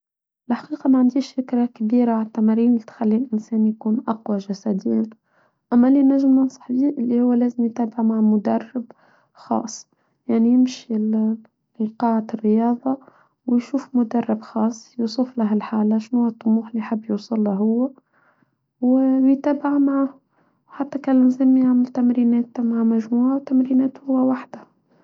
الحقيقة ما عنديش ذكرى كبيرة ع التمارين اللي تخلي الإنسان يكون أقوى جسدياً. أما اللي نجم ننصح به اللي هو لازم يتابع مع مدرب خاص يعني يمشي القاعة الرياضة ويشوف مدرب خاص يصف لهالحالة شنو الطموح اللي حبي يوصل لهو ويتابع معه حتى كان لازم يعمل تمرينات مع مجموعة وتمرينات هو واحدة.